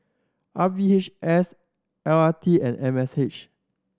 R V H S L R T and M S H